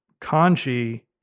kanji